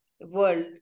world